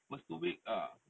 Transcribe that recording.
first two week ah